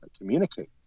communicate